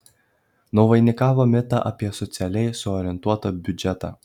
nuvainikavo mitą apie socialiai suorientuotą biudžetą